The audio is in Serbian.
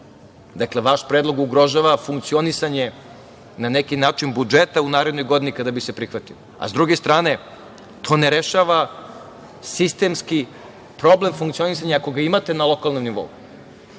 itd. Vaš predlog ugrožava funkcionisanje, na neki način budžeta u narednoj godini, kada bi se prihvatio. S druge strane to ne rešava sistemski problem funkcionisanja ako ga imate na lokalnom nivou.